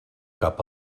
cap